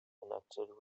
connected